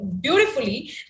beautifully